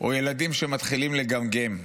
או ילדים שמתחילים לגמגם.